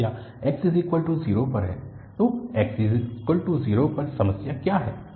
समस्या x0 पर है तो x0 पर समस्या क्या है